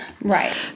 Right